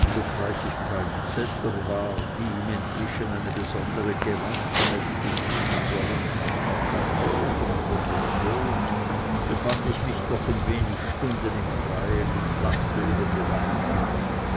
und obgleich ich kein z er war die im entwischen eine besondere gewandtheit besitzen sollen auch kein maurer von profession befand ich mich doch in wenig stunden im freien und lachte über die langen nasen